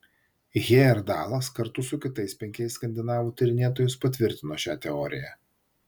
hejerdalas kartu su kitais penkiais skandinavų tyrinėtojais patvirtino šią teoriją